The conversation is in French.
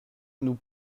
nous